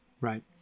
right